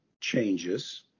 changes